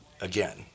again